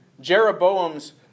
Jeroboam's